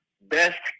best